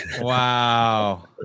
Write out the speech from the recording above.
Wow